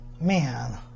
man